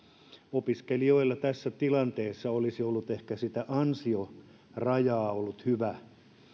nyt tässä poikkeusolosuhteessa olisi ollut ehkä sitä ansiorajaa hyvä